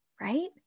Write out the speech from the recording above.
Right